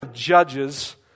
Judges